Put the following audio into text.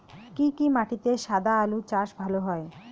কি কি মাটিতে সাদা আলু চাষ ভালো হয়?